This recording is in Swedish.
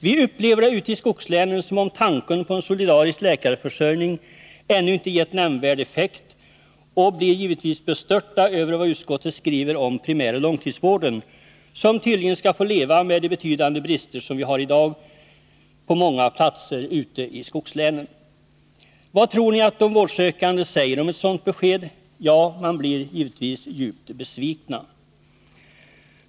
Vi upplever det ute i skogslänen som om tanken på en solidarisk läkarförsörjning ännu inte gett nämnvärd effekt och blir givetvis bestörta över vad utskottet skriver om primäroch långtidsvården, som tydligen skall få leva med de betydande brister som vi i dag har på många platser ute i skogslänen. Vad tror ni de vårdsökande säger om ett sådant besked? Ja, de blir givetvis djupt besvikna.